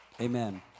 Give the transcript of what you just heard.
Amen